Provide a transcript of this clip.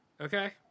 Okay